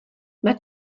mae